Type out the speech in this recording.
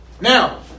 Now